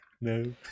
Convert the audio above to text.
No